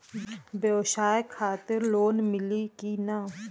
ब्यवसाय खातिर लोन मिली कि ना?